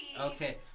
Okay